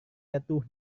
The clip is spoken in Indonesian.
jatuh